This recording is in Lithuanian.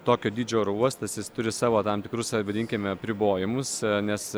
tokio dydžio oro uostas jis turi savo tam tikrus vadinkime apribojimus nes